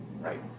right